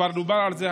כבר דובר על זה,